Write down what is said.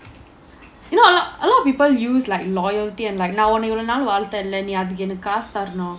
you know a lot of people use like loyalty and like நான் உன்ன இவ்ளோ நாள் வேலை தரலை அதுக்கு எனக்கு நீ காசு தரனும்:naan unna ivlo naal velai tharalai athukku enakku nee kaasu tharanum